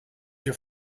your